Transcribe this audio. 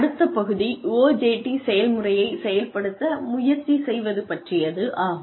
அடுத்த பகுதி OJT செயல்முறையை செயல்படுத்த முயற்சி செய்வது பற்றியது ஆகும்